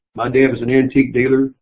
my dad was an antique dealer.